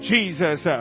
Jesus